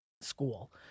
school